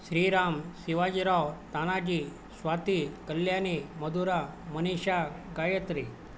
Shriram Shivajirao Tanaji Swati Kalyani Madhura Manisha Gayatri